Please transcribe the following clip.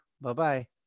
Bye-bye